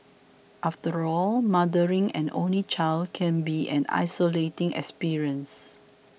after all mothering an only child can be an isolating experience